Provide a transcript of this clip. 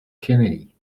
kenny